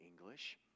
english